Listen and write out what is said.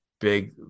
Big